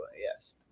yes